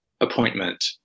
appointment